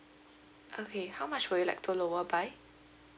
okay how much would you like to lower by